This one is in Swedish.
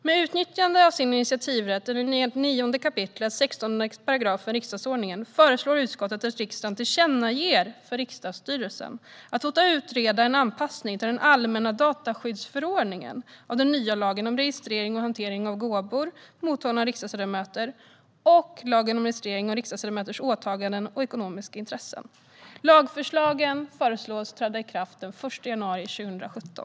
Med utnyttjande av sin initiativrätt enligt 9 kap. 16 § riksdagsordningen föreslår utskottet ett tillkännagivande till riksdagsstyrelsen om att låta utreda en anpassning till den allmänna dataskyddsförordningen av den nya lagen om registrering och hantering av gåvor mottagna av riksdagsledamöter och lagen om registrering av riksdagsledamöters åtaganden och ekonomiska intressen. Lagförslagen föreslås träda i kraft den 1 januari 2017.